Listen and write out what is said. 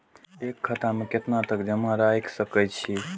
एक खाता में केतना तक जमा राईख सके छिए?